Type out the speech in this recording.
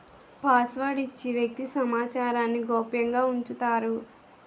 password ఇచ్చి వ్యక్తి సమాచారాన్ని గోప్యంగా ఉంచుతారు